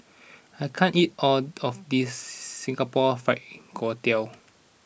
I can't eat all of this Singapore Fried Kway Tiao